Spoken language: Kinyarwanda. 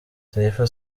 taifa